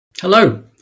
Hello